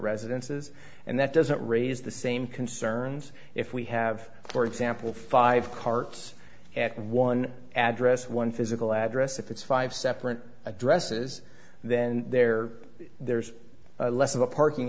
residences and that doesn't raise the same concerns if we have for example five carts and one address one physical address if it's five separate addresses then there there's less of a parking